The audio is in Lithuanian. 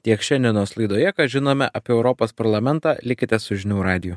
tiek šiandienos laidoje ką žinome apie europos parlamentą likite su žinių radiju